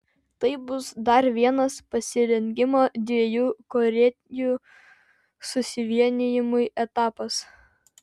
tai bus dar vienas pasirengimo dviejų korėjų susivienijimui etapas